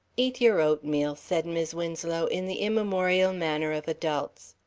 eat your oatmeal, said mis' winslow, in the immemorial manner of adults.